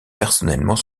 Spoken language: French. personnellement